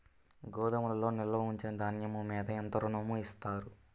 గోదాములో నిల్వ ఉంచిన ధాన్యము మీద ఎంత ఋణం ఇస్తారు?